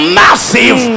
massive